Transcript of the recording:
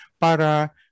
para